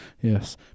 yes